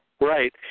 right